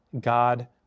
God